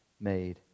made